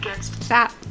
Stop